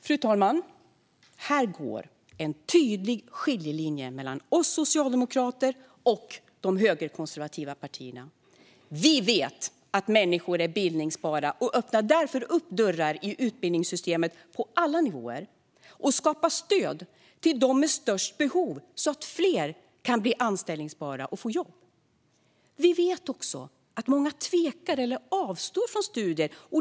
Fru talman! Här går en tydlig skiljelinje mellan oss socialdemokrater och de högerkonservativa partierna. Vi vet att människor är bildbara och öppnar därför dörrar i utbildningssystemet på alla nivåer och skapar stöd till dem med störst behov så att fler kan bli anställbara och få jobb. Vi vet också att många tvekar eller avstår från studier.